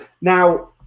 Now